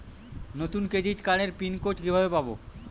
নতুন ক্রেডিট কার্ডের pin code কিভাবে পাব?